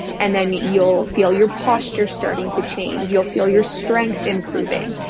and then you'll feel your posture starting to change, you'll feel your strength improving.